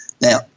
Now